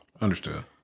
Understood